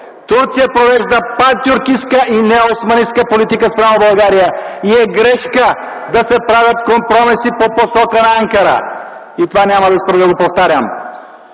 Турция провежда пантюркистка и неоосманска политика спрямо България и е грешка да се правят компромиси по посока на Анкара. Това няма да спра да го повтарям!